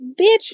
Bitch